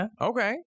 Okay